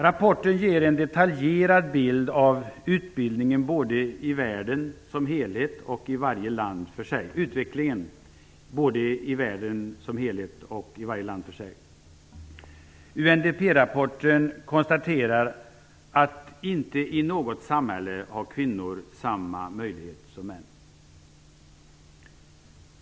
Rapporten ger en detaljerad bild av utvecklingen både i världen som helhet och i varje land för sig. UNDP-rapporten konstaterar att kvinnor inte i något samhälle har samma möjligheter som män.